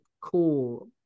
cool